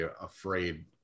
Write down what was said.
afraid